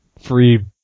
free